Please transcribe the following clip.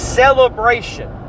celebration